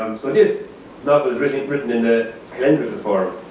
so this novel is really written in the kind of